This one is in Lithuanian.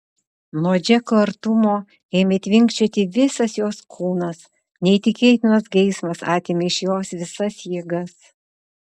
nuo džeko artumo ėmė tvinkčioti visas jos kūnas neįtikėtinas geismas atėmė iš jos visas jėgas